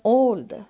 old